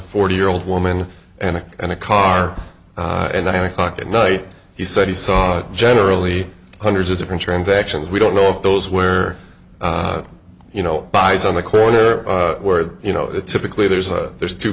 forty year old woman and in a car and nine o'clock at night he said he saw generally hundreds of different transactions we don't know if those were you know guys on the corner where you know typically there's a there's two